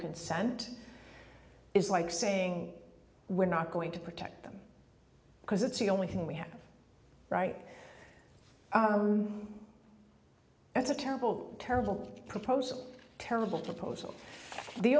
consent is like saying we're not going to protect them because it's the only thing we have right that's a terrible terrible propose terrible topos the